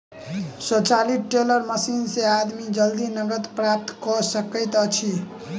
स्वचालित teller machine से आदमी जल्दी नकद प्राप्त कय सकैत अछि